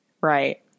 Right